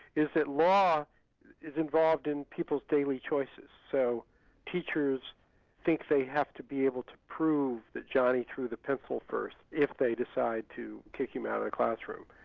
is that law is involved in people's daily choices. so teachers think they have to be able to prove that johnny threw the pencil first, if they decide to take him out classroom.